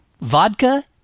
vodka